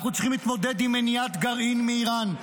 אנחנו צריכים להתמודד עם מניעת גרעין מאיראן,